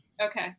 Okay